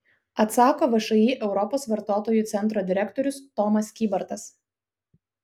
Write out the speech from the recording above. atsako všį europos vartotojų centro direktorius tomas kybartas